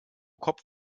kopf